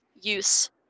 use